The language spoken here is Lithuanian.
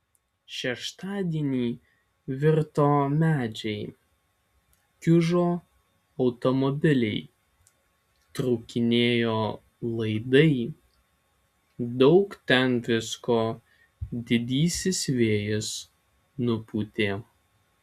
šeštadienį virto medžiai kiužo automobiliai trūkinėjo laidai daug ten visko didysis vėjas nupūtė